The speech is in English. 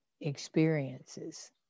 experiences